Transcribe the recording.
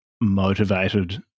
motivated